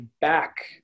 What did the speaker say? back